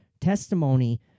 testimony